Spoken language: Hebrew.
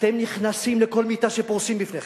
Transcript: אתם נכנסים לכל מיטה שפורסים בפניכם,